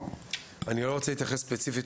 אני לא רוצה להתייחס באופן ספציפי.